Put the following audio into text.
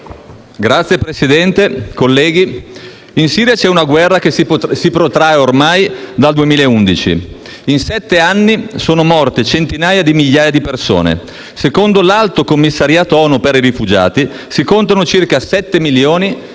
Signor Presidente, colleghi, in Siria c’è una guerra si protrae ormai dal 2011. In sette anni sono morte centinaia di migliaia di persone. Secondo l’Alto commissariato delle Nazioni Unite per i rifugiati, si contano circa 7.600.000